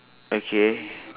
okay